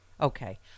Okay